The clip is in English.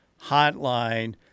Hotline